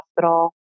hospital